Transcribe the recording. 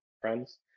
friends